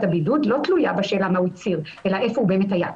הבידוד לא תלויה בשאלה מה הוא הוא הצהיר אלא איפה הוא באמת היה.